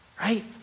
Right